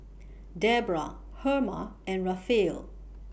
Debra Herma and Raphael